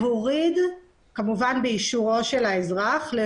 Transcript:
באישור האזרח,